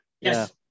Yes